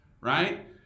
right